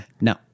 No